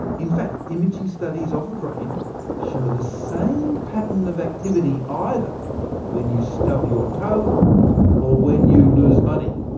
in fact, imaging studies of the brain show the same pattern of activity either when you stub your toe or when you lose money.